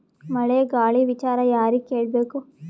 ಮಳೆ ಗಾಳಿ ವಿಚಾರ ಯಾರಿಗೆ ಕೇಳ್ ಬೇಕು?